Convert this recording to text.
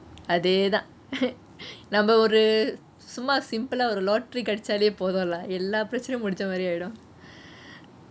அதேதான் நம்ம ஒரு சும்மா:atheytaan namme oru summa simple ஒரு:oru lottery கிடைச்சாலே போதும்:kidaichaaleh potthum lah எல்லாம் பிரச்சனையும் முடிஞ்ச மாதிரி ஆயிரும்:ellam pirechenaaiyum mudinche maathiri aaiyirum